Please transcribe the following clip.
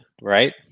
right